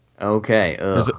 Okay